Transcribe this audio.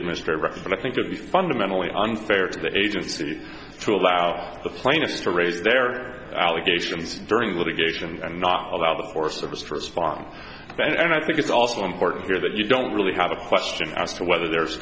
administration but i think would be fundamentally unfair to the agency to allow the plaintiffs to rate their allegations during litigation and not allow the forest service for a spawn and i think it's also important here that you don't really have a question as to whether there